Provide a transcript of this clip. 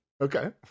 Okay